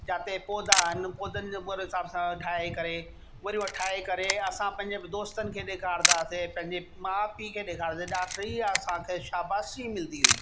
जिते पोधा आहिनि पोधनि जो ओड़े हिसाब सां ठाहे करे वरी उहो ठाहे करे असां पंहिंजनि दोस्तनि खे ॾेखारींदा हुआसीं पंहिंजे माउ पीउ खे ॾेखारींदा जंहिंजा टीह असांखे शाबाशी मिलंदी हुई